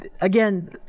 Again